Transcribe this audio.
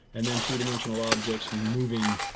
and then three dimensional objects moving,